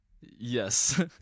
Yes